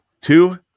Two